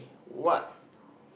what